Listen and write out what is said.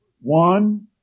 one